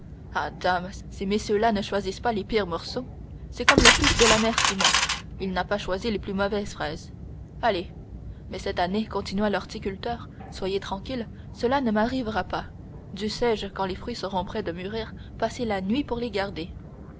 dame ces messieurs-là ne choisissent pas les pires morceaux c'est comme le fils de la mère simon il n'a pas choisi les plus mauvaises fraises allez mais cette année continua l'horticulteur soyez tranquille cela ne m'arrivera pas dussé-je quand les fruits seront près de mûrir passer la nuit pour les garder